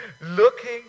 looking